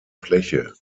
fläche